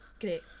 great